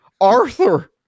Arthur